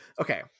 okay